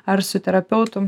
ar su terapeutu